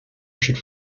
should